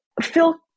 Phil